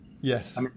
Yes